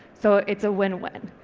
so it's a win-win.